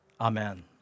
Amen